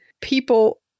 people